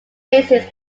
races